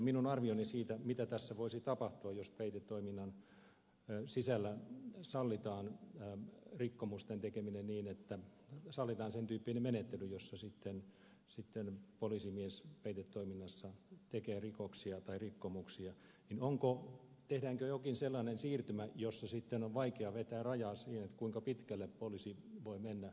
minun arvioni siitä mitä tässä voisi tapahtua jos peitetoiminnan sisällä sallitaan rikkomusten tekeminen niin että sallitaan sen tyyppinen menettely jossa poliisimies peitetoiminnassa tekee rikoksia tai rikkomuksia on että tehdäänkö jokin sellainen siirtymä jossa sitten on vaikea vetää rajaa siihen kuinka pitkälle poliisi voi mennä